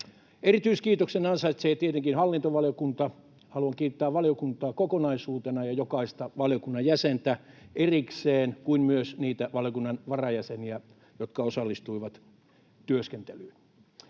Erityiskiitoksen ansaitsee tietenkin hallintovaliokunta. Haluan kiittää valiokuntaa kokonaisuutena ja jokaista valiokunnan jäsentä erikseen kuin myös niitä valiokunnan varajäseniä, jotka osallistuivat työskentelyyn.